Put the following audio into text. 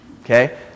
Okay